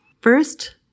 first